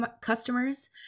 customers